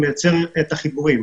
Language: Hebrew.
זה מייצר את החיבורים.